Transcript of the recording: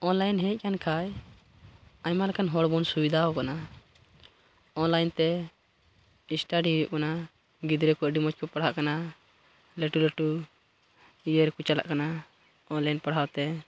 online ᱦᱮᱡ ᱟᱠᱟᱱ ᱠᱷᱟᱱ ᱟᱭᱢᱟ ᱞᱮᱠᱟᱱ ᱦᱚᱲᱵᱚᱱ ᱥᱩᱵᱤᱫᱷᱟ ᱟᱠᱟᱱᱟ ᱚᱱᱞᱟᱭᱤᱱᱛᱮ ᱥᱴᱟᱰᱤ ᱦᱩᱭᱩᱜ ᱠᱟᱱᱟ ᱜᱤᱫᱽᱨᱟᱹ ᱠᱚ ᱟᱹᱰᱤ ᱢᱚᱡᱽ ᱠᱚ ᱯᱟᱲᱦᱟᱜ ᱠᱟᱱᱟ ᱞᱟᱹᱴᱩ ᱞᱟᱹᱴᱩ ᱤᱭᱟᱹ ᱨᱮᱠᱚ ᱪᱟᱞᱟᱜ ᱠᱟᱱᱟ ᱚᱱᱞᱟᱭᱤᱱ ᱯᱟᱲᱦᱟᱣᱛᱮ